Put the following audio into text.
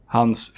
Hans